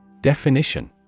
Definition